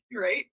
right